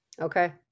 Okay